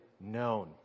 known